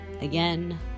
again